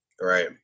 Right